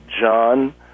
John